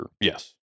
Yes